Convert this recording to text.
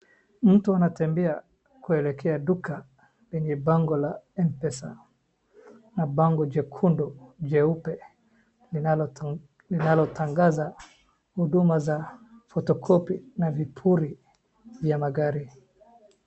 Mtu anatembea kuelekea duka lenye bango la mpesa na bango jekundu jeupe linalotangaza huduma za photocopy na vipuri vya magari.